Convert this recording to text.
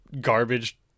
garbage